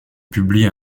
publie